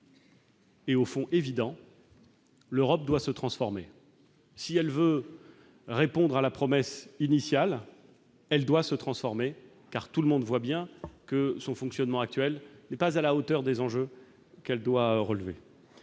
au fond évident : l'Europe doit se transformer si elle veut répondre à la promesse initiale ; elle doit se transformer, car tout le monde voit bien que son fonctionnement actuel n'est pas à la hauteur des enjeuxqu'elle doit affronter.